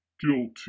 Guilty